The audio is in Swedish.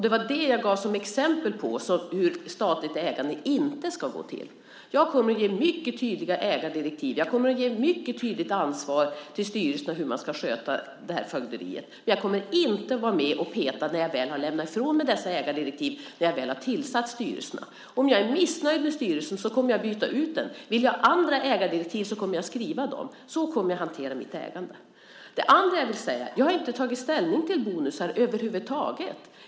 Det var det jag gav exempel på, hur statligt ägande inte ska gå till. Jag kommer att ge mycket tydliga ägardirektiv. Jag kommer att ge ett mycket tydligt ansvar till styrelserna i fråga om hur man ska sköta det här fögderiet. Men jag kommer inte att vara med och peta när jag väl har lämnat ifrån mig dessa ägardirektiv och när jag väl har tillsatt styrelserna. Om jag är missnöjd med styrelsen kommer jag att byta ut den. Om jag vill ha andra ägardirektiv kommer jag att skriva dem. Så kommer jag att hantera mitt ägande. Det andra jag vill säga är att jag inte har tagit ställning till bonusar över huvud taget.